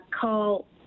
call